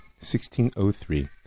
1603